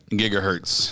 gigahertz